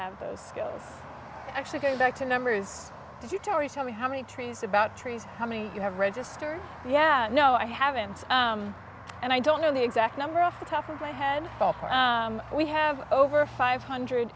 have those skills actually go back to numbers do you tory tell me how many trees about trees how many you have registered yeah no i haven't and i don't know the exact number off the top of my head but we have over five hundred